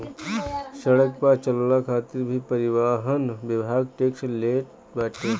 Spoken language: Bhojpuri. सड़क पअ चलला खातिर भी परिवहन विभाग टेक्स लेट बाटे